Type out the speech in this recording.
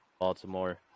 Baltimore